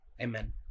amen